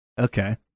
Okay